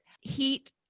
Heat